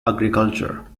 agriculture